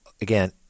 again